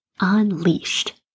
unleashed